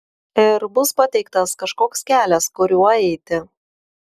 ir bus pateiktas kažkoks kelias kuriuo eiti